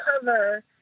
cover